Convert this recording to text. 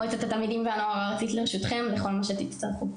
מועצת התלמידים והנוער הארצית לרשותכם לכל מה שתצטרכו.